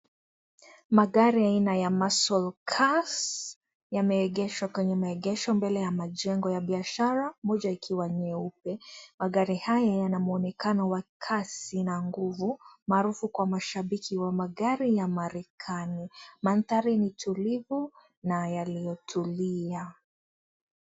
Magari aina ya Muscle cars yameegeshwa kwenye maegesho mbele ya majengo ya biashara, moja ikiwa nyeupe. Magari haya yanamuonekano wa kasi na nguvu, maarufu kwa mashabiki wa magari ya Marekani. Manthari ni utulivu na yaliyotulia.